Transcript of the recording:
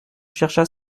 chercha